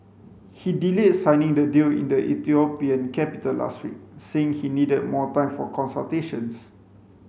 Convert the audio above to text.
he delayed signing the deal in the Ethiopian capital last week saying he needed more time for consultations